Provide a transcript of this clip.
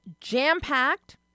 jam-packed